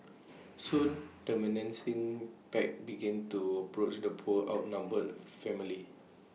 soon the menacing pack began to approach the poor outnumbered family